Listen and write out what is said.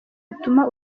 butuma